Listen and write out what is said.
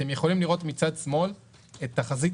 אתם יכולים לראות מצד שמאל את תחזית